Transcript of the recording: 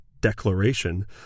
declaration